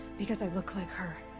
because i look like her.